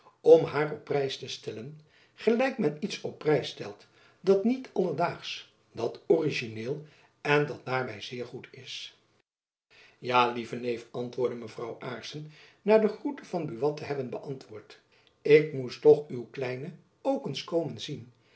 om haar op prijs te stellen gelijk men iets op prijs stelt dat niet alledaagsch dat origineel en dat daarby zeer goed is ja lieve neef antwoordde mevrouw aarssen na de groete van buat te hebben beantwoord ik moest toch uw kleine ook eens komen zien